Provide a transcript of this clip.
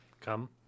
Come